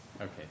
Okay